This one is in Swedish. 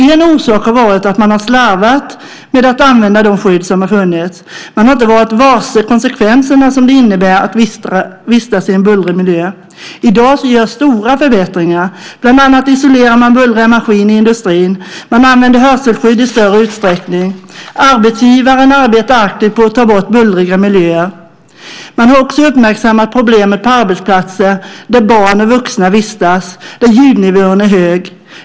En orsak har varit att man har slarvat med att använda de skydd som har funnits. Man har inte varit varse konsekvenserna som det innebär att vistas i en bullrig miljö. I dag görs stora förbättringar. Bland annat isolerar man bullriga maskiner i industrin. Man använder hörselskydd i större utsträckning. Arbetsgivaren arbetar aktivt på att ta bort bullriga miljöer. Man har också uppmärksammat problemet på arbetsplatser där barn och vuxna vistas och där ljudnivån är hög.